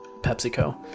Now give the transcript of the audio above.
PepsiCo